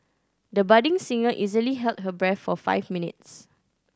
the budding singer easily held her breath for five minutes